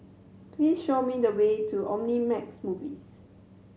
please show me the way to Omnimax Movies